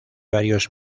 varios